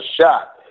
shot